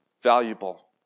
valuable